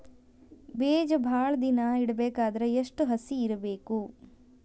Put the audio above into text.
ಬೇಜ ಭಾಳ ದಿನ ಇಡಬೇಕಾದರ ಎಷ್ಟು ಹಸಿ ಇರಬೇಕು?